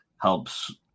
helps